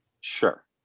Sure